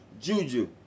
Juju